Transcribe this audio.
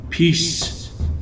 Peace